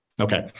Okay